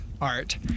art